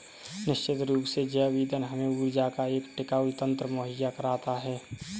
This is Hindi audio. निश्चित रूप से जैव ईंधन हमें ऊर्जा का एक टिकाऊ तंत्र मुहैया कराता है